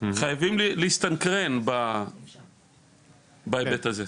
חייבים סנכרון בהיבט הזה,